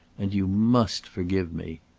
and you must forgive me.